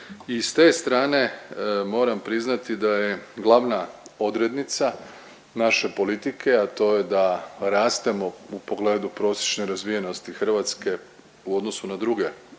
i s te strane moram priznati da je glavna odrednica naše politike, a to je da rastemo u pogledu prosječne razvijenosti Hrvatske u odnosu na druge